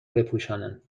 بپوشانند